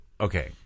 Okay